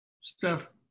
Steph